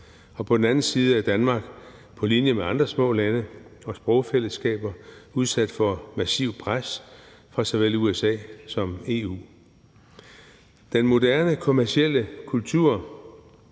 og på den anden side er Danmark på linje med andre små lande og sprogfællesskaber udsat for massivt pres fra såvel USA som EU. Den moderne kommercielle kultur